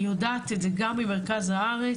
אני יודעת את זה גם ממרכז הארץ,